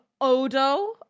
Odo